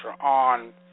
on